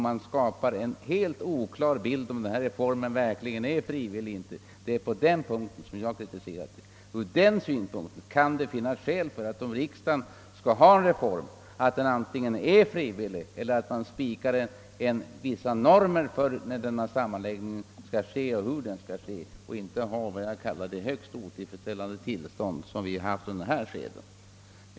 Man skapar en helt oklar bild av om reformen verkligen är frivillig. Det är på den punkten som jag kritiserat förhållandena. Om riksdagen önskar en reform så skall denna antingen vara frivillig eller också skall man spika vissa normer för när och hur kommunsammanläggning skall ske. Man skall inte ha det högst otillfredsställande tillstånd som vi haft under det här skedet.